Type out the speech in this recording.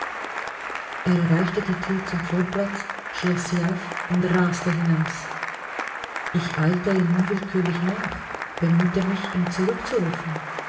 erreichte die tür zum vorplatz schloß sie auf und raste hinaus ich eilte ihm unwillkürlich nach bemühte mich ihn zurückzurufen